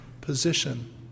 position